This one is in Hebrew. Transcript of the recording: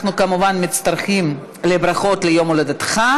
אנחנו, כמובן, מצטרפים לברכות ליום הולדתך,